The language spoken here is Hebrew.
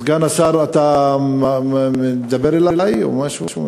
סגן השר, אתה מדבר אלי או משהו?